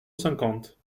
cinquante